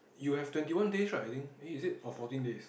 you have twenty one days right I think eh is it or fourteen days